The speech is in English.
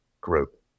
group